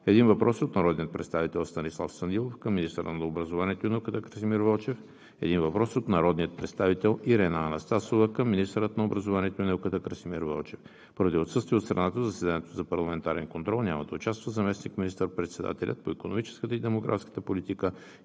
един въпрос от народния представител Станислав Станилов към министъра на образованието и науката Красимир Вълчев; - един въпрос от народния представител Ирена Анастасова към министъра на образованието и науката Красимир Вълчев. Поради отсъствие от страната в заседанието за парламентарен контрол няма да участва заместник министър-председателят по икономическата и демографската политика